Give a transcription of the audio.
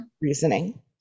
reasoning